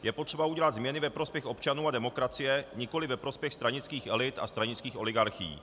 Je potřeba udělat změny ve prospěch občanů a demokracie, nikoli ve prospěch stranických elit a stranických oligarchií.